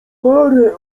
parę